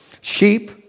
sheep